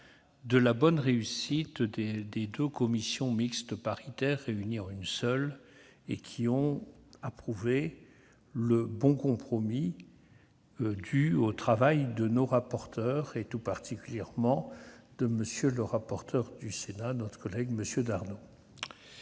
de la réussite des deux commissions mixtes paritaires, réunies en une seule, qui ont approuvé le bon compromis dû au travail des rapporteurs, et tout particulièrement de celui du Sénat, M. Darnaud.